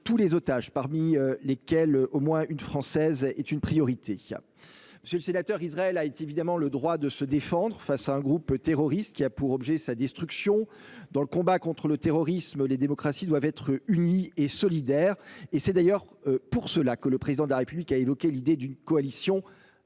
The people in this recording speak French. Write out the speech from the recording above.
tous les otages, parmi lesquels on compte au moins une Française, est une priorité. Israël a bien évidemment le droit de se défendre face à un groupe terroriste qui a pour objet sa destruction. Dans le combat contre le terrorisme, les démocraties doivent être unies et solidaires, et c’est d’ailleurs pour cette raison que le Président de la République a évoqué l’idée d’une coalition